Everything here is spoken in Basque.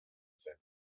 zen